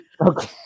okay